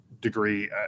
degree